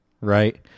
right